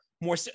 more